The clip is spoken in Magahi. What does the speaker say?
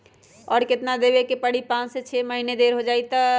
और केतना देब के परी पाँच से छे दिन देर हो जाई त?